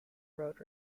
road